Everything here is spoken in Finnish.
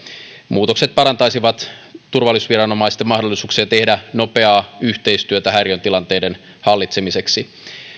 muutokset parantaisivat turvallisuusviranomaisten mahdollisuuksia tehdä nopeaa yhteistyötä häiriötilanteiden hallitsemiseksi